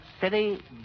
city